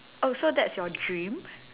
oh so that's your dream